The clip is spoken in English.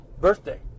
birthday